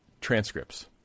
transcripts